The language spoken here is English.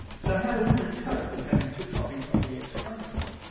so how do women cope with having two copies of the x chromosome?